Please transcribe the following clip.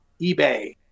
eBay